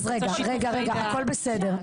הכל בסדר,